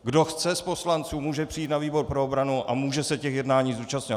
Kdo chce z poslanců, může přijít na výbor pro obranu a může se těch jednání zúčastňovat.